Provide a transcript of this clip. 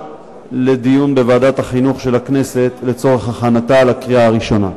לדיון בוועדת החינוך של הכנסת לצורך הכנתה לקריאה הראשונה.